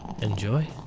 Enjoy